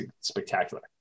spectacular